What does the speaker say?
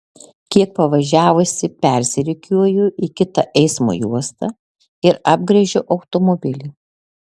kiek pavažiavusi persirikiuoju į kitą eismo juostą ir apgręžiu automobilį